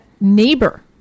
neighbor